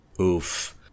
Oof